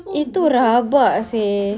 itu rabak seh